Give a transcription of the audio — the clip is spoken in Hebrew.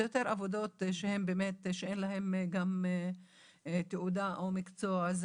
זה יותר עבודות שהן באמת אין להן גם תעודה או מקצוע.